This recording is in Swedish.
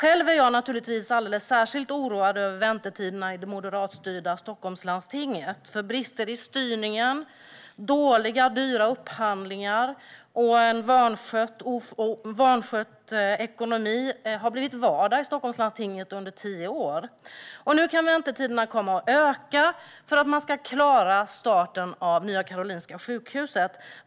Jag är naturligtvis alldeles särskilt oroad över väntetiderna i det moderatstyrda Stockholmslandstinget, brister i styrningen och dåliga och dyra upphandlingar. Och en vanskött ekonomi har blivit vardag i Stockholmslandstinget under tio år. Nu kan väntetiderna komma att öka för att man ska klara starten av Nya karolinska sjukhuset.